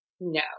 No